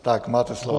Tak, máte slovo.